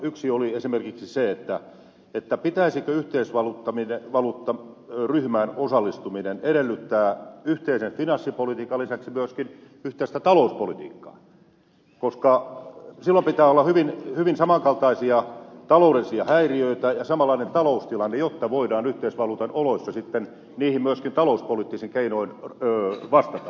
yksi oli esimerkiksi se että että pitäisi tyytyä valuttaminen pitäisikö yhteisvaluuttaryhmään osallistumisen edellyttää yhteisen finanssipolitiikan lisäksi myöskin yhteistä talouspolitiikkaa koska silloin pitää olla hyvin samankaltaisia taloudellisia häiriöitä ja samanlainen taloustilanne jotta voidaan yhteisvaluutan oloissa sitten niihin myöskin talouspoliittisin keinoin vastata